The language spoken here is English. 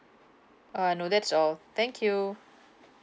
uh no that's all thank you